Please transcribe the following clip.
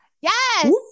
yes